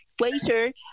Waiter